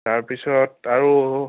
তাৰ পিছত আৰু